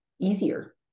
easier